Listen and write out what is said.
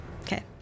okay